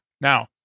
now